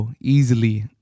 easily